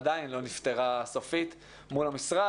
עדיין לא נפתרה סופית מול המשרד,